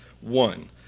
one